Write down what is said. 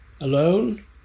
alone